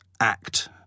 act